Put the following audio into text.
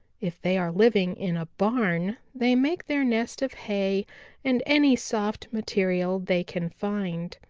if they are living in a barn, they make their nest of hay and any soft material they can find.